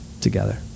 together